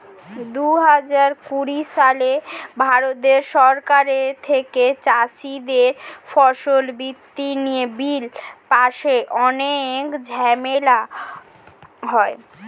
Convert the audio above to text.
দুহাজার কুড়ি সালে ভারত সরকারের থেকে চাষীদের ফসল বিক্রি নিয়ে বিল পাশে অনেক ঝামেলা হয়